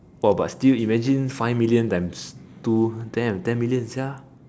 oh but still imagine five million times two damn ten million sia